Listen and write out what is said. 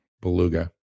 Beluga